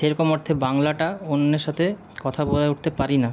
সেরকম অর্থে বাংলাটা অন্যের সাথে কথা বলে উঠতে পারি না